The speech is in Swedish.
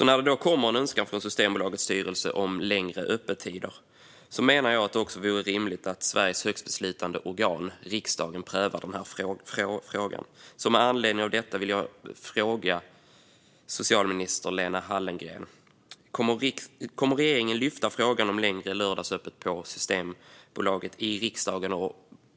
När det kommer en önskan från Systembolagets styrelse om längre öppettider menar jag att det vore rimligt att Sveriges högsta beslutande organ, riksdagen, prövar denna fråga. Med anledning av detta vill jag fråga socialminister Lena Hallengren: Kommer regeringen att ta upp frågan om längre lördagsöppet på Systembolaget i riksdagen?